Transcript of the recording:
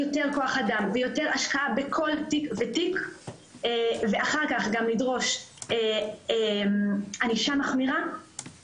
יותר כוח אדם ויותר השקעה בכל תיק ותיק ואחר כך גם לדרוש ענישה מחמירה,